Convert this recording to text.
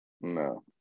no